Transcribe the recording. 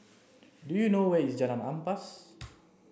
do you know where is Jalan Ampas